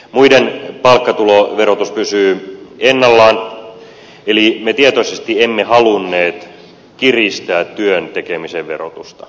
muiden palkkatuloverotus pysyy ennallaan eli me tietoisesti emme halunneet kiristää työn tekemisen verotusta